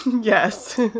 yes